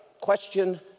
question